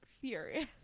furious